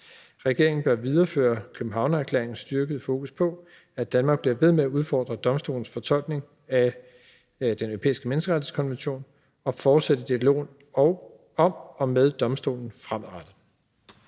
Regeringen bør videreføre Københavnererklæringens styrkede fokus på, at Danmark bliver ved med at udfordre domstolens fortolkning af Den Europæiske Menneskerettighedskonvention, og fortsætte dialogen om og med domstolen fremadrettet.«